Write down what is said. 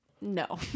No